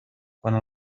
quant